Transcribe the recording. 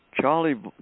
Charlie